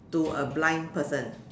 to a blind person